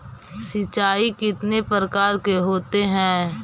सिंचाई कितने प्रकार के होते हैं?